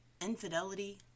infidelity